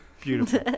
beautiful